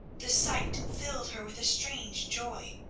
the sight filled her with a strange joy.